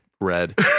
red